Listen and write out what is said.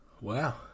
Wow